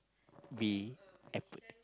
be ep